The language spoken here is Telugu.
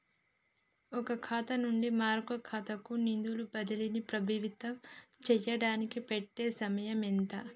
ఒక ఖాతా నుండి మరొక ఖాతా కు నిధులు బదిలీలు ప్రభావితం చేయటానికి పట్టే సమయం ఎంత?